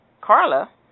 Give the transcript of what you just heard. Carla